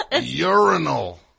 urinal